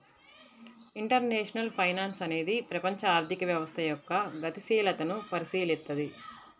international finance అనేది ప్రపంచ ఆర్థిక వ్యవస్థ యొక్క గతిశీలతను పరిశీలిత్తది